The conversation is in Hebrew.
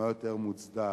מה יותר מוצדק